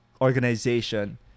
organization